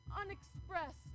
unexpressed